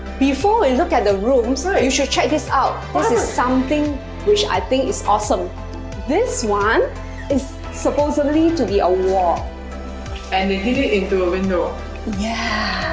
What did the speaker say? before we and look at the rooms, you should check this out this is something which i think is awesome this one is supposedly to be a wall and they did it into a window yeah!